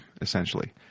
essentially